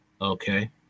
Okay